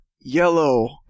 Yellow